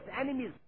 enemies